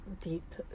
deep